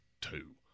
two